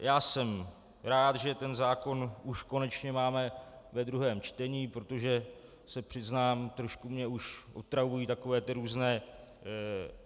Já jsem rád, že zákon už konečně máme ve druhém čtení, protože se přiznám, trošku mě už otravují různé